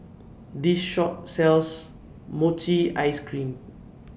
This Shop sells Mochi Ice Cream